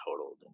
totaled